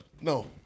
No